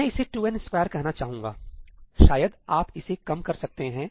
मैं इसे 2n2 कहना चाहूंगा शायद आप इसे कम कर सकते हैं